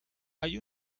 hay